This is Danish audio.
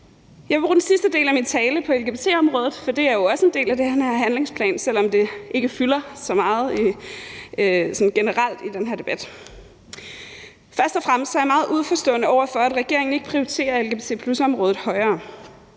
Jeg vil bruge den sidste del af min tale på lgbt-området, for det er jo også en del af den her handlingsplan, selv om det ikke fylder så meget generelt i den her debat. Først og fremmest er jeg meget uforstående over for, at regeringen ikke prioriterer lgbt+-området højere.